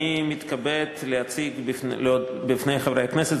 אני מתכבד להציג בפני חברי הכנסת,